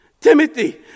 Timothy